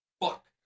Fuck